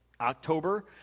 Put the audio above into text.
October